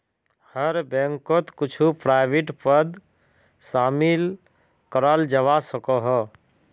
हर बैंकोत कुछु प्राइवेट पद शामिल कराल जवा सकोह